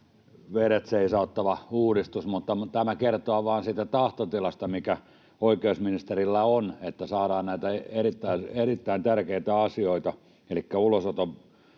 veret seisauttava uudistus. Mutta tämä kertoo vain siitä tahtotilasta, mikä oikeusministerillä on, että saadaan näitä erittäin, erittäin tärkeitä asioita elikkä ulosotossa